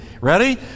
Ready